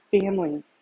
family